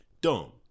Dumb